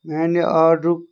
میانہِ آرڈرُک